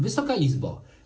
Wysoka Izbo!